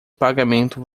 pagamento